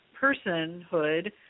personhood